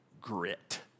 Grit